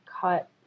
cut